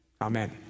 Amen